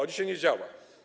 A dzisiaj nie działa.